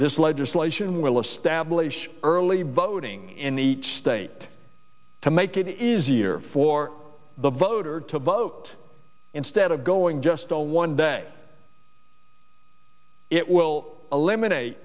this legislation will establish early voting in each state to make it easier for the voter to vote instead of going just on one day it will eliminate